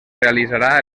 realitzarà